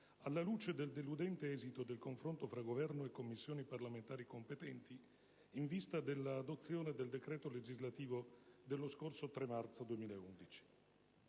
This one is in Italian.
alla luce del deludente esito del confronto fra Governo e Commissioni parlamentari competenti in vista della adozione del decreto legislativo dello scorso 3 marzo 2011.